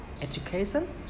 education